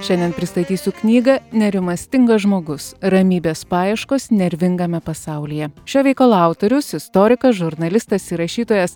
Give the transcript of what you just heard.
šiandien pristatysiu knygą nerimastingas žmogus ramybės paieškos nervingame pasaulyje šio veikalo autorius istorikas žurnalistas ir rašytojas